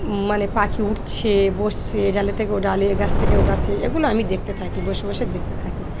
মানে পাখি উঠছে বসছে ডালে থেকে ও ডালে গাছ থেকে ও গাছে এগুলো আমি দেখতে থাকি বসে বসে দেখতে থাকি